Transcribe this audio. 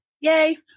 yay